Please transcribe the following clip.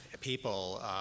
people